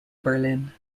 berlin